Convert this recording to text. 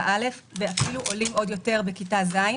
א' ואפילו עולים עוד יותר בכיתה ז',